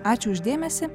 ačiū už dėmesį